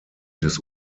des